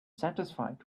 satisfied